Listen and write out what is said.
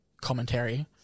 commentary